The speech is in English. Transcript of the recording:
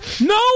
No